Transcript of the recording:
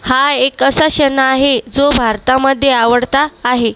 हा एक असा सण आहे जो भारतामध्ये आवडता आहे